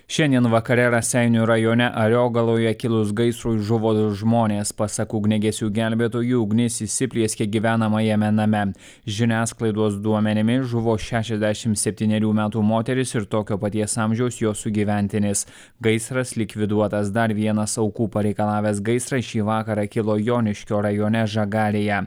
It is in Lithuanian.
šiandien vakare raseinių rajone ariogaloje kilus gaisrui žuvo du žmonės pasak ugniagesių gelbėtojų ugnis įsiplieskė gyvenamajame name žiniasklaidos duomenimis žuvo šešiasdešimt septynerių metų moteris ir tokio paties amžiaus jo sugyventinis gaisras likviduotas dar vienas aukų pareikalavęs gaisras šį vakarą kilo joniškio rajone žagarėje